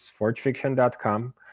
forgefiction.com